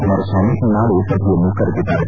ಕುಮಾರಸ್ವಾಮಿ ನಾಳೆ ಸಭೆಯನ್ನು ಕರೆದಿದ್ದಾರೆ